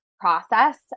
process